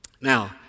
Now